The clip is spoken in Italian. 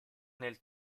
nel